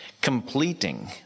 completing